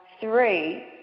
Three